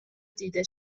دیده